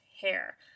hair